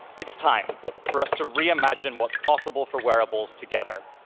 it's time for us to reimagine what's possible for wearables together.